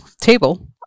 table